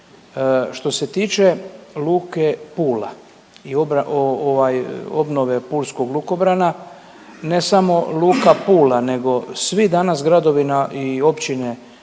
Što se tiče luke Pula i ovaj obnove pulskog lukobrana ne samo luka Pula nego svi danas gradovi i općine